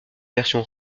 version